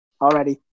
already